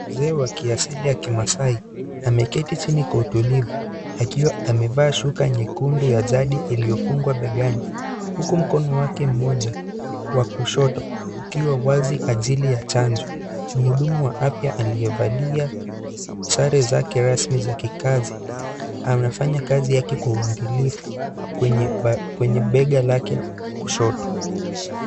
Mzee wa kiasili ya masai ameketi chini kwa utulivu. Akiwa amevaa shuka nyekundu ya jadi, iliyofungwa begani. Huku mkono wake mmoja wa kushoto, ukiwa wazi kwa ajili ya chanjo. Muhudumu wa afya aliyevalia sare zake rasmi za kikazi, anafanya kazi yake kwa uangalifu. Kwenye bega lake kushoto.